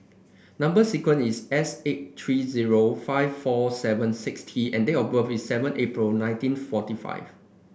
number sequence is S eight three zero five four seven six T and date of birth is seven April nineteen forty five